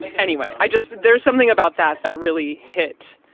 like anyway, i just. there's something about that that really hit.